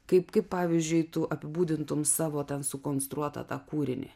kaip kaip pavyzdžiui tu apibūdintum savo sukonstruotą tą kūrinį